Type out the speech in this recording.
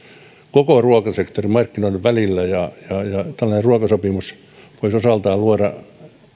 koko ruokasektorin markkinoiden välillä tällainen ruokasopimus voisi osaltaan luoda